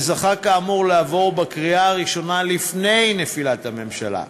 והוא זכה כאמור לעבור בקריאה הראשונה לפני נפילת הממשלה.